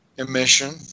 Emission